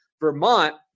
Vermont